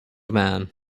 man